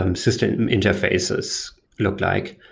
um system interfaces look like.